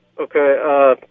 Okay